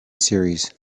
series